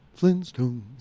Flintstones